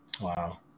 Wow